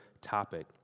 topic